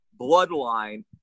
bloodline